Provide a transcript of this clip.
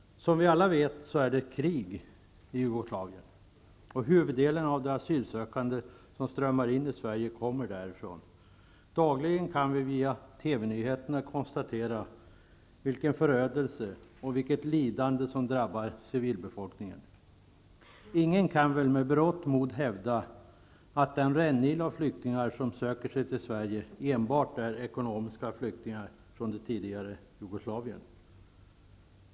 Som vi alla vet är det krig i Jugoslavien, och huvuddelen av de asylsökande som strömmar in i Sverige kommer därifrån. Dagligen kan vi via TV nyheterna konstatera vilken förödelse och vilket lidande som drabbar civilbefolkningen. Ingen kan väl med berått mod hävda att den rännil av flyktingar som söker sig till Sverige enbart är ekonomiska flyktingar från det tidigare Jugoslavien?